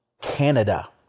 Canada